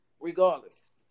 Regardless